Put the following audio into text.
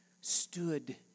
stood